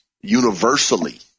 Universally